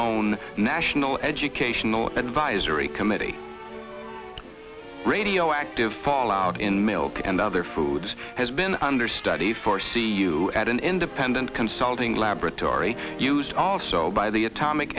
own national educational advisory committee radioactive fallout in milk and other foods has been under study for see you at an independent consulting laboratory used also by the atomic